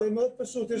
וזה מאוד פשוט.